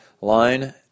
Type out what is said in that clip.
line